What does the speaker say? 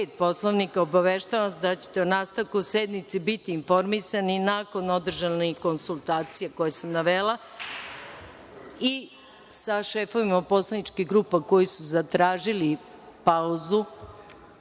Poslovnika, obaveštavam vas da ćete o nastavku sednice biti informisani nakon održanih konsultacija koje sam navela i sa šefovima poslaničkih grupa koji su zatražili pauzu